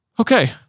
Okay